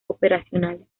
operacionales